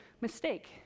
mistake